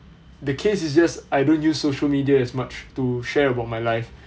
the case is just I don't use social media as much to share about my life